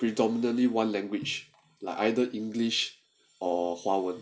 predominantly one language like either english or 华文